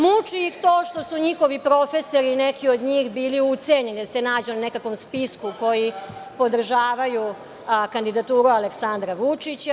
Muči ih to što su njihovi profesori, neki od njih bili ucenjeni, da se nađu na nekakvom spisku koji podržavaju kandidaturu Aleksandra Vučića.